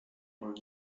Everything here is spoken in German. wollen